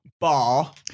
Bar